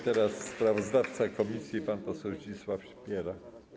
Teraz sprawozdawca komisji pan poseł Zdzisław Sipiera.